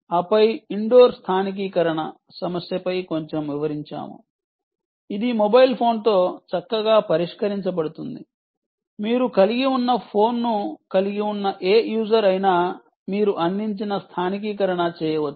ఆపై ఇండోర్ స్థానికీకరణ సమస్యపై కొంచెం వివరించాము ఇది మొబైల్ ఫోన్తో చక్కగా పరిష్కరించబడుతుంది మీరు కలిగి ఉన్న ఫోన్ను కలిగి ఉన్న ఏ యూజర్ అయినా మీరు అందించిన స్థానికీకరణ చేయవచ్చు